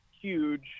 huge